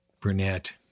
brunette